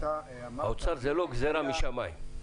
האוצר זה לא גזירה משמיים.